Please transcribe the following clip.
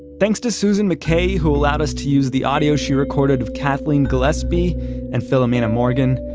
thanks to susan mckay, who allowed us to use the audio she recorded of kathleen gillespie and philomena morgan.